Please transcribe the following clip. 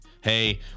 hey